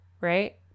right